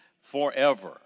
forever